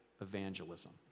evangelism